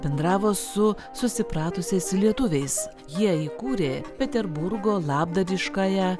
bendravo su susipratusiais lietuviais jie įkūrė peterburgo labdariškąją